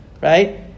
right